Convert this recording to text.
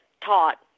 taught